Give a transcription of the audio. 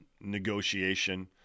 negotiation